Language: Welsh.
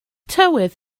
tywydd